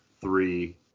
three